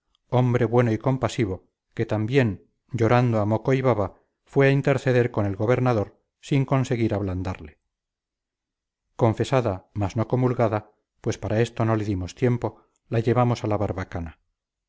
hombre bueno y compasivo que también llorando a moco y baba fue a interceder con el gobernador sin conseguir ablandarle confesada mas no comulgada pues para esto no le dimos tiempo la llevamos a la barbacana